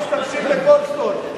שונאי ישראל משתמשים בגולדסטון.